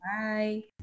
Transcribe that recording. Bye